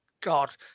God